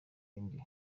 ibindi